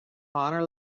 honor